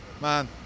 Man